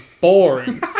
boring